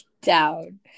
Down